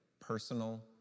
personal